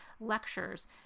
lectures